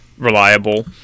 reliable